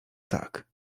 tak